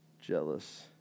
jealous